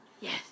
Yes